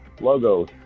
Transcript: logos